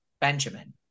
Benjamin